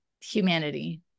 humanity